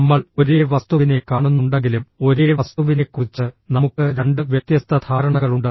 നമ്മൾ ഒരേ വസ്തുവിനെ കാണുന്നുണ്ടെങ്കിലും ഒരേ വസ്തുവിനെക്കുറിച്ച് നമുക്ക് രണ്ട് വ്യത്യസ്ത ധാരണകളുണ്ട്